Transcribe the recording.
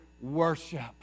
worship